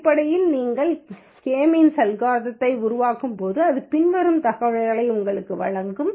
அடிப்படையில் நீங்கள் கே அல்காரிதம்யை உருவாக்கும்போது அது பின்வரும் தகவல்களை உங்களுக்கு வழங்கும்